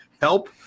help